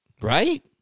Right